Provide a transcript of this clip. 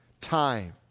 time